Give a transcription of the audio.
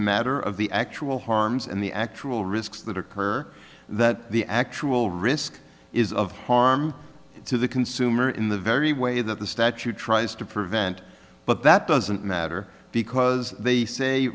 matter of the actual harms and the actual risks that occur that the actual risk is of harm to the consumer in the very way that the statute tries to prevent but that doesn't matter because they say